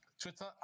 Twitter